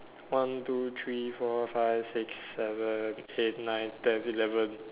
one two three four five six seven eight nine ten eleven